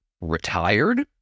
retired